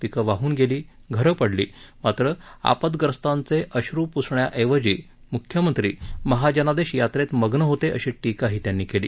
पिके वाहून गेली घरे पडली मात्र आपदग्रस्तांचे अश्रू पुसण्याऐवजी मुख्यमंत्री महाजनादेश यात्रेत मग्न होते अशी टीकाही त्यांनी केली